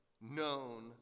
known